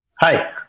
Hi